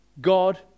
God